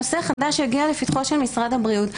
נושא חדש שהגיע לפתחו של משרד הבריאות.